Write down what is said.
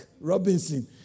Robinson